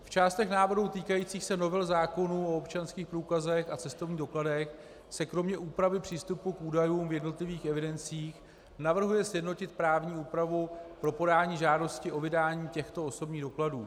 V částech návrhů týkajících se novel zákonů o občanských průkazech a cestovních dokladech se kromě úpravy přístupu k údajům v jednotlivých evidencích navrhuje sjednotit právní úpravu pro podání žádosti o vydání těchto osobních dokladů.